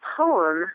poem